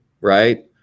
right